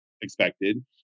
expected